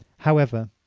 however,